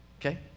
Okay